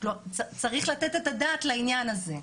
צריך לתת את הדעת לעניין הזה.